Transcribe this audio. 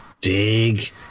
dig